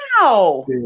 Wow